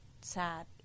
sad